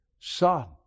Son